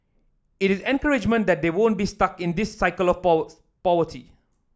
it is encouragement that they won't be stuck in this cycle of poverty